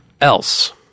else